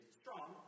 strong